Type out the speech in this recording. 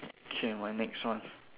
okay my next one